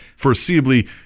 foreseeably